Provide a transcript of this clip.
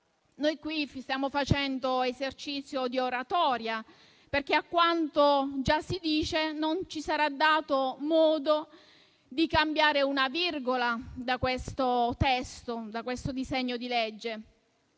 Qui stiamo facendo esercizio di oratoria, perché, a quanto già si dice, non ci sarà dato modo di cambiare una virgola di questo disegno di legge.